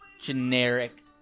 generic